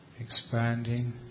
expanding